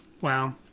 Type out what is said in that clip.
Wow